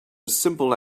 simple